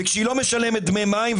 וכשהיא לא משלמת דמי מים.